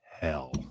hell